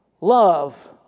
Love